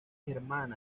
hermana